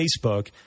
Facebook